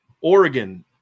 Oregon